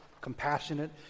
compassionate